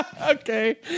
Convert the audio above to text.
Okay